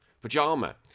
Pajama